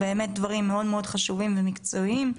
דברים מאוד חשובים ומקצועיים.